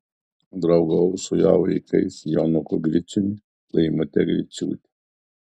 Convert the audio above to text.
draugavau su jo vaikais jonuku griciumi laimute griciūte